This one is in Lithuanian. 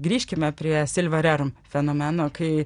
grįžkime prie silva rerum fenomeno kai